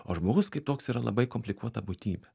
o žmogus kaip toks yra labai komplikuota būtybė